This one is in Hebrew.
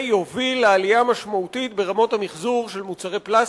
זה יוביל לעלייה משמעותית ברמות המיחזור של מוצרי פלסטיק,